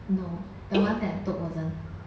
no the one that I took wasn't